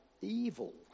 evil